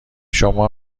شما